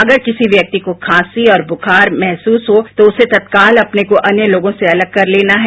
अकर किसी व्यक्ति को खांसी और बुखार महसूस हो तो उसे तत्काल अपने को अन्य लोगों से अलग कर लेना है